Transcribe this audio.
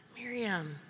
Miriam